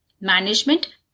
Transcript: management